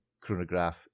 chronograph